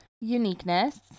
uniqueness